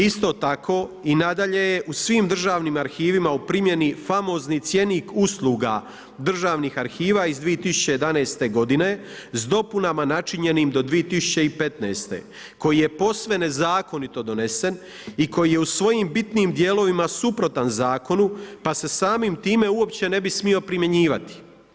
Isto tako i nadalje je u svim državnim arhivima u primijeni famozni cjenik usluga državnih arhiva iz 2011. godine s dopunama načinjenim do 2015. koji je posve nezakonito donesen i koji je u svojim bitnim dijelovima suprotan Zakonu pa se samim time uopće ne bi smio primjenjivati.